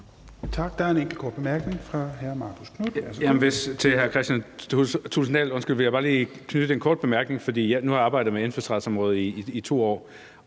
Tak. Der er en enkelt kort bemærkning fra hr. Marcus Knuth.